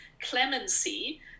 clemency